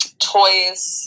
toys